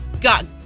God